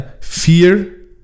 fear